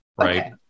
right